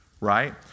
Right